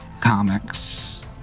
Comics